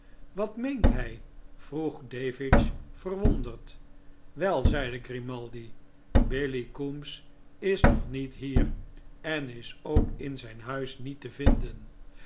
wat meent hij vroeg davidge verwonderd wel zeide grimaldi billy coombes is nog niet hier en is ook in zijn huis niet te vinden